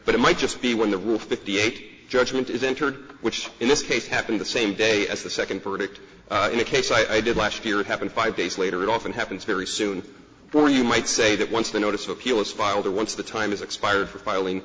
but it might just be when the rule fifty eight judgement is entered which in this case happened the same day as the second predict in a case i did last year it happened five days later it often happens very soon or you might say that once the notice of appeal is filed or once the time has expired for filing